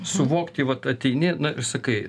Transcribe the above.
suvokti vat ateini na ir sakai